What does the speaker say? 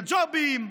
לג'ובים.